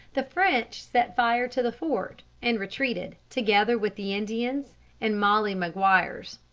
the french set fire to the fort, and retreated, together with the indians and molly maguires.